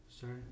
Sorry